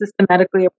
systematically